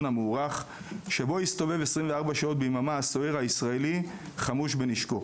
המוארך שבו הסתובב 24 שעות ביממה הסוהר הישראלי חמוש בנשקו.